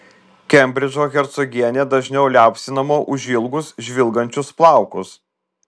kembridžo hercogienė dažniau liaupsinama už ilgus žvilgančius plaukus